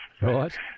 Right